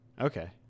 okay